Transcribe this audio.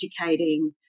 educating